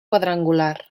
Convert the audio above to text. quadrangular